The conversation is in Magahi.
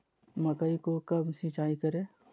मकई को कब सिंचाई करे?